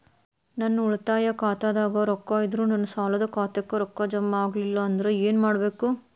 ನನ್ನ ಉಳಿತಾಯ ಖಾತಾದಾಗ ರೊಕ್ಕ ಇದ್ದರೂ ನನ್ನ ಸಾಲದು ಖಾತೆಕ್ಕ ರೊಕ್ಕ ಜಮ ಆಗ್ಲಿಲ್ಲ ಅಂದ್ರ ಏನು ಮಾಡಬೇಕು?